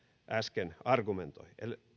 äsken argumentoi